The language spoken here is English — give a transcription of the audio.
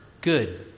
good